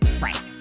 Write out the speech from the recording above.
Right